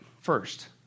first